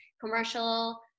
commercial